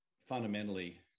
fundamentally